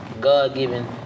God-given